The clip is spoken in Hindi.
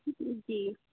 जी